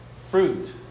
fruit